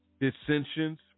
dissensions